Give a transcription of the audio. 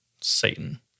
Satan